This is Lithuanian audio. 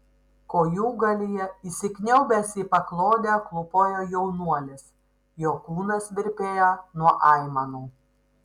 kojūgalyje įsikniaubęs į paklodę klūpojo jaunuolis jo kūnas virpėjo nuo aimanų